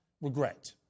regret